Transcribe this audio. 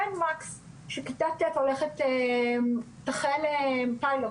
ציין מקס שכיתה ט' תחל בפיילוט,